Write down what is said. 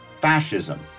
fascism